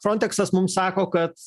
fronteksas mum sako kad